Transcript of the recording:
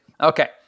Okay